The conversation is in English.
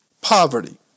poverty